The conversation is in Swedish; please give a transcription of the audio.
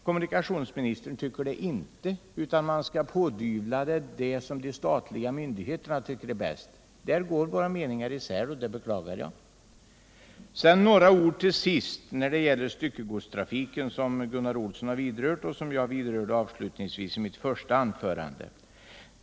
Kommunikationsministern anser att man inte skall göra detta utan pådyvla bygderna vad de statliga myndigheterna tycker är bäst. Där går våra meningar isär, och det beklagar jag. Till sist vill jag säga några ord om styckegodstrafiken, som Gunnar Olsson berörde och som jag själv avslutningsvis tog upp i mitt första anförande.